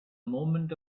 moment